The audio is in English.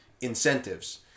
incentives